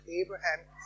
Abraham